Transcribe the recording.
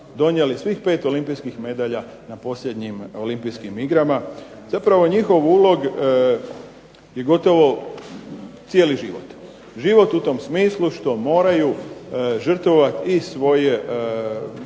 donijeli svih 5 olimpijskih medalja na posljednjim Olimpijskim igrama. Zapravo njihov ulog je gotovo cijeli život, život u tom smislu što moraju žrtvovati i svoje